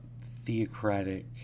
theocratic